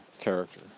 character